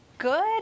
good